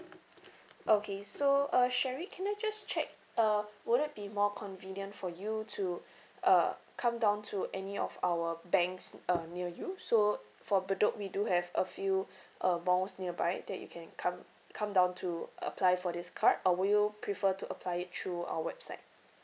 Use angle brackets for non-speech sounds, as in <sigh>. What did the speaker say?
okay so uh sherry can I just check uh would it be more convenient for you to <breath> uh come down to any of our banks uh <noise> near you so for bedok we do have a few <breath> uh malls nearby that you can come come down to apply for this card or would you prefer to apply it through our website